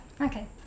Okay